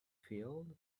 field